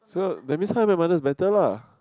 so that means How I Met Your Mother is better lah